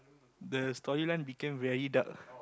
the storyline became very dark